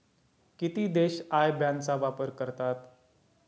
किती देश IBAN चा वापर करतात?